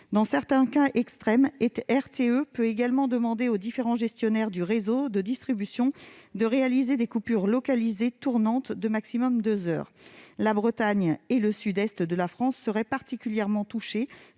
Dans certains cas extrêmes, RTE peut également demander aux différents gestionnaires du réseau de distribution de réaliser des coupures localisées tournantes de deux heures au maximum. La Bretagne et le sud-est de la France seraient particulièrement touchés